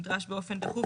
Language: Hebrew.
נדרש באופן דחוף,